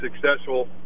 successful